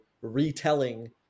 retelling